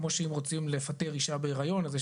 כמו שאם רוצים לפטר אישה בהריון אז יש